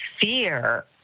fear